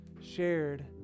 shared